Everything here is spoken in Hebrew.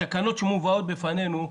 התקנות שמובאות בפנינו,